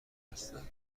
هستند